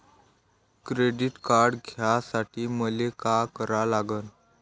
Credit card घ्यासाठी मले का करा लागन?